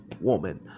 woman